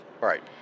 Right